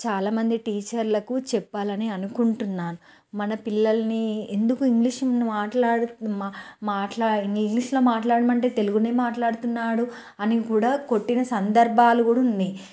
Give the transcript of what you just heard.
చాలా మంది టీచర్లకు చెప్పాలని అనుకుంటున్నాను మన పిల్లలని ఎందుకు ఇంగ్లిష్ మాట్లాడుకు మాట్లాడాని ఇంగ్లీష్లో మాట్లాడమంటే తెలుగునే మాట్లాడుతున్నాడు అని కూడా కొట్టిన సందర్భాలు కూడా ఉన్నాయి